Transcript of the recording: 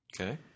Okay